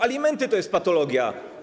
Alimenty to jest patologia.